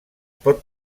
pot